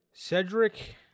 Cedric